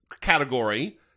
category